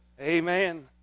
Amen